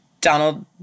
Donald